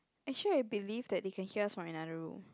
actually I believe that they can hear us from another room